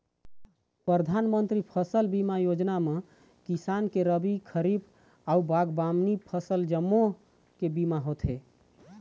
परधानमंतरी फसल बीमा योजना म किसान के रबी, खरीफ अउ बागबामनी फसल जम्मो के बीमा होथे